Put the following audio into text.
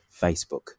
Facebook